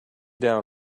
down